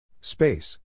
Space